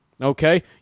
okay